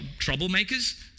troublemakers